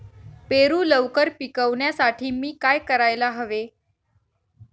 पेरू लवकर पिकवण्यासाठी मी काय करायला हवे?